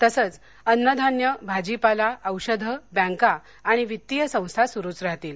तसंच अन्न धान्य भाजीपाला औषधे बँका आणि वित्तीय संस्था सुरुच राहतील